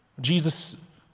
Jesus